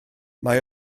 mae